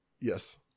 Yes